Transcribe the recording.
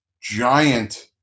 giant